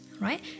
right